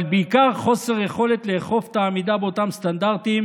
אבל בעיקר חוסר יכולת לאכוף את העמידה באותם סטנדרטים